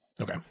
Okay